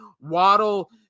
waddle